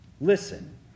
Listen